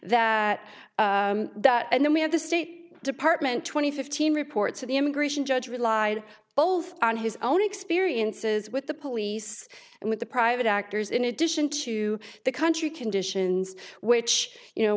investigate that and then we have the state department twenty fifteen reports of the immigration judge relied both on his own experiences with the police and with the private actors in addition to the country conditions which you know